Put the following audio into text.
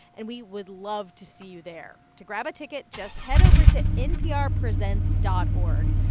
and we would love to see you there. to grab a ticket, just head over to nprpresents dot org.